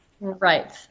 Right